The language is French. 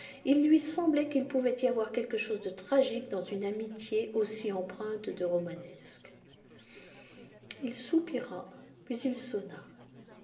il lui semblait qu'il pouvait y avoir quelque chose de tragique dans une amitié aussi empreinte de romanesque il soupira